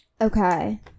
Okay